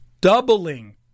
doubling